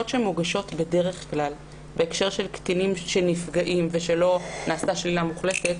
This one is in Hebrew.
שמוגשות בדרך כלל בהקשר של קטינים שנפגעים ושלא נעשתה שלילה מוחלטת,